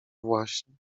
właśnie